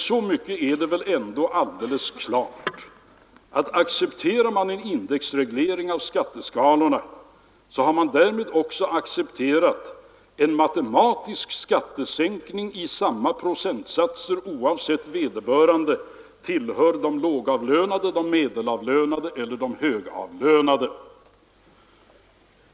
Så mycket är väl ändå alldeles klart, att om man accepterar en indexreglering av skatteskalorna har man därmed också accepterat en matematisk skattesänkning i samma procentsatser oavsett om vederbörande tillhör de lågavlönade, de medelavlönade eller de högavlönade.